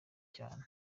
cyane